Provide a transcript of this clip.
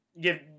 Give